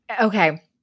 Okay